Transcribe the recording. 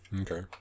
Okay